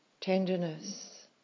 tenderness